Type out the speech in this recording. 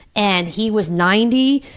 and he was ninety,